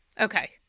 Okay